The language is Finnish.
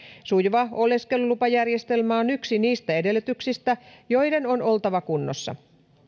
sujuva oleskelulupajärjestelmä on yksi niistä edellytyksistä joiden on oltava kunnossa